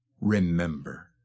remember